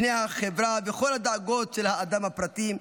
פני החברה וכל הדאגות של האדם הפרטי,